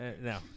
No